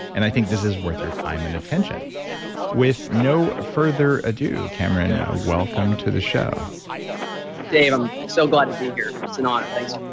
and i think this is worth your time and attention with no further ado, cameron, welcome to the show dave, i'm so glad to be here. it's an honor. thanks